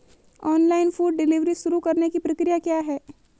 Online food delivery शुरू करने की प्रक्रिया क्या है?